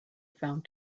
found